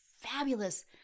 fabulous